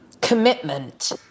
commitment